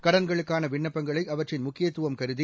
கடன்களுக்கான விண்ணப்பங்களை அவற்றின் முக்கியத்துவம் கருதி